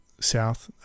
south